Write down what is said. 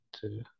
Two